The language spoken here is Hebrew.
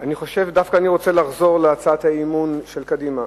אני דווקא רוצה לחזור להצעת האי-אמון של קדימה,